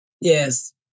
yes